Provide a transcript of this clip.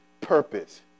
purpose